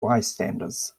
bystanders